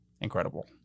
incredible